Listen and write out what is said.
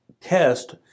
test